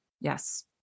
Yes